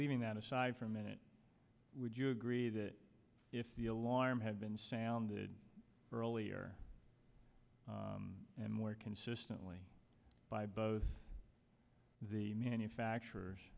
leaving that aside for a minute would you agree that if the alarm had been sounded earlier and more consistently by both the manufacturers